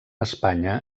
espanya